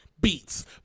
Beats